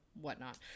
whatnot